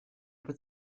put